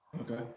Okay